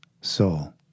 soul